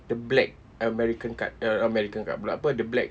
the black american card uh not american card pula apa the black